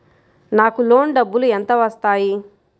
నాకు లోన్ డబ్బులు ఎంత వస్తాయి?